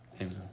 Amen